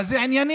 אבל זה ענייני.